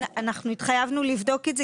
התחייבנו לבדוק את זה,